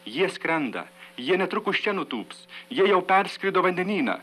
jie skrenda jie netrukus čia nutūps jie jau perskrido vandenyną